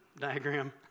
diagram